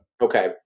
Okay